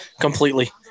completely